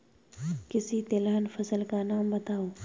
किसी तिलहन फसल का नाम बताओ